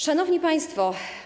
Szanowni Państwo!